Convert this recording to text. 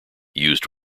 used